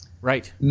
Right